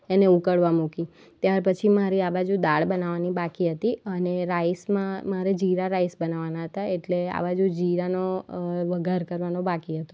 એને ઉકળવા મૂકી ત્યાર પછી મારે આ બાજુ દાળ બનાવાની બાકી હતી અને રાઈસમાં મારે જીરા રાઈસ બનાવાના હતા એટલે આ બાજુ જીરાનો વઘાર કરવાનો બાકી